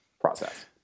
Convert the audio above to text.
process